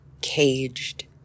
caged